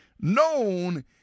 known